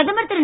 பிரதமர் திரு